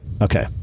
Okay